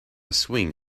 swing